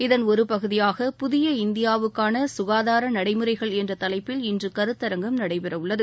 இதன் ஒரு பகுதியாக புதிய இந்தியாவுக்கான சுகாதார நடைமுறைகள் என்ற தலைப்பில் இன்று கருத்தரங்கம் நடைபெறவுள்ளது